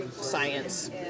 science